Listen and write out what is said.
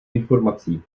informací